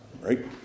right